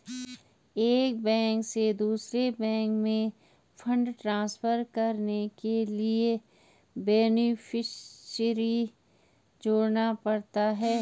एक बैंक से दूसरे बैंक में फण्ड ट्रांसफर करने के लिए बेनेफिसियरी जोड़ना पड़ता है